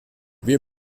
wir